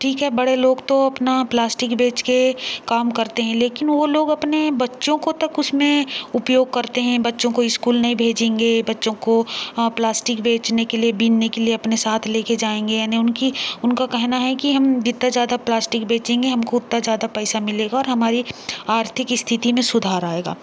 ठीक है बड़े लोग तो अपना प्लास्टिग बेच कर काम करते हैं लेकिन वह लोग अपने बच्चों को तो कुछ में उपयोग करते हैं बच्चों को स्कूल नहीं भेजेंगे बच्चों को प्लास्टिग बेचने के लिए बीनने के लिए अपने साथ ले कर जाएंगे यानि उनकी उनका कहना है कि हम जितना ज़्यादा प्लास्टिग बेचेंगे हमको उतना ज़्यादा पैसा मिलेगा और हमारी आर्थिक स्थिति में सुधार आएगा